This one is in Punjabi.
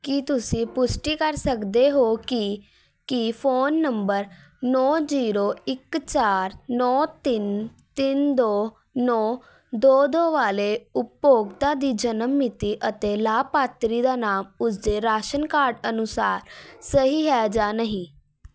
ਕੀ ਤੁਸੀਂ ਪੁਸ਼ਟੀ ਕਰ ਸਕਦੇ ਹੋ ਕਿ ਕਿ ਫੋਨ ਨੰਬਰ ਨੌਂ ਜੀਰੋ ਇੱਕ ਚਾਰ ਨੌਂ ਤਿੰਨ ਤਿੰਨ ਦੋ ਨੌਂ ਦੋ ਦੋ ਵਾਲੇ ਉਪਭੋਗਤਾ ਦੀ ਜਨਮ ਮਿਤੀ ਅਤੇ ਲਾਭਪਾਤਰੀ ਦਾ ਨਾਮ ਉਸ ਦੇ ਰਾਸ਼ਨ ਕਾਰਡ ਅਨੁਸਾਰ ਸਹੀ ਹੈ ਜਾਂ ਨਹੀਂ